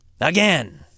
Again